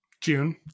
June